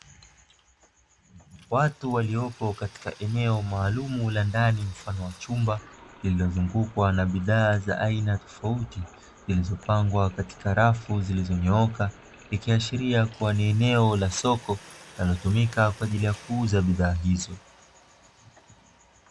Watu waliopo katika eneo maalumu la ndani mfano wa chumba kilichozukwa na bidhaa za aina tofauti zilizopangwa katika rafu zilizonyooka ikiashiria kuwa ni eneo la soko linalotumika kwa ajili ya kuuza bidhaa hizo.